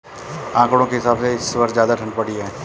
आंकड़ों के हिसाब से इस वर्ष ज्यादा ठण्ड पड़ी है